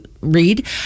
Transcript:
read